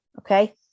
Okay